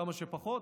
כמה שפחות,